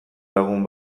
lagun